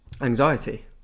anxiety